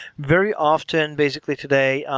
very often, basically today,